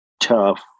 Tough